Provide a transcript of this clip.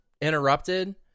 interrupted